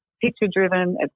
picture-driven